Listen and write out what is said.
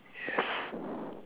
yes